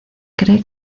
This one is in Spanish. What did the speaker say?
cree